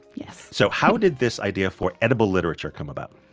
yeah so how did this idea for edible literature come about?